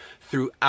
throughout